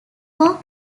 more